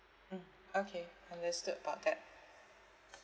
mm okay understood about that